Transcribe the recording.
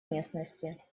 местности